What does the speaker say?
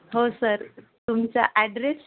हो सर तुमचा ॲड्रेस